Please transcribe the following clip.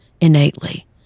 innately